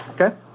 Okay